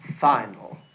final